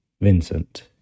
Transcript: Vincent